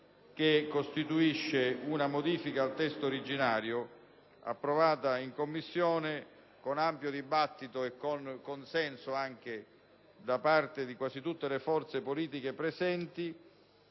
costituisce una modifica al testo originario approvata in Commissione dopo ampio dibattito e con il consenso di quasi tutte le forze politiche presenti.